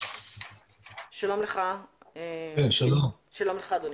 שלום לך אדוני.